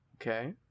Okay